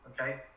okay